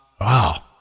Wow